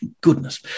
Goodness